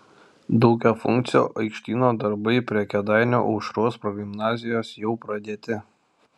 daugiafunkcio aikštyno darbai prie kėdainių aušros progimnazijos jau pradėti